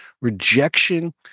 rejection